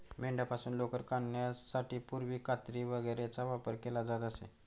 मेंढ्यांपासून लोकर काढण्यासाठी पूर्वी कात्री वगैरेचा वापर केला जात असे